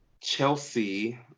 Chelsea